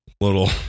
little